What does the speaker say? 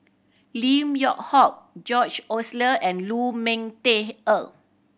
Lim Yew Hock George Oehler and Lu Ming Teh Earl